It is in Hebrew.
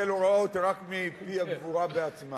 אני מקבל הוראות רק מפי הגבורה בעצמה.